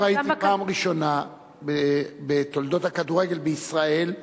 אתמול ראיתי פעם ראשונה בתולדות הכדורגל בישראל,